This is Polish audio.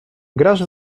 grasz